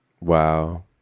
Wow